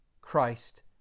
Christ